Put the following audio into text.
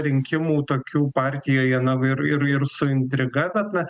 rinkimų tokių partijoje na ir ir ir su intriga bet na